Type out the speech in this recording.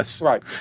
Right